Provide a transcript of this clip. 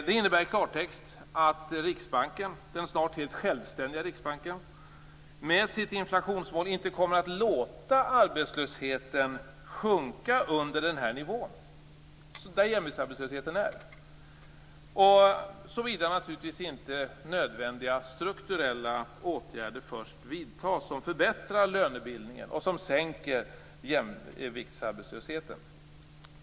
Det innebär i klartext att den snart helt självständiga Riksbanken med sitt inflationsmål inte kommer att låta arbetslösheten sjunka under jämviktsarbetslöshetens nivå såvida inte nödvändiga strukturella åtgärder som förbättrar lönebildningen och sänker jämviktsarbetslösheten först vidtas.